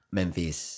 Memphis